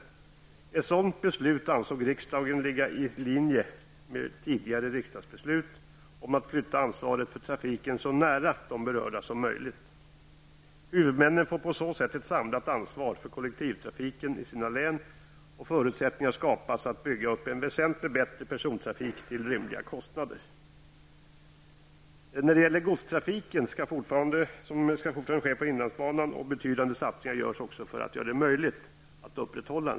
Ett sådant beslut ansåg riksdagen ligga i linje med tidigare riksdagsbeslut om att flytta ansvaret för trafiken så nära de berörda som möjligt. Huvudmännen får på så sätt ett samlat ansvar för kollektivtrafiken i sina län och förutsättningar skapas för att bygga upp en väsentligt bättre persontrafik till rimliga kostnader.